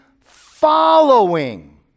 following